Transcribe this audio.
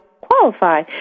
qualify